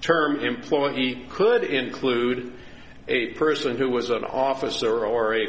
term employer he could include a person who was an officer or a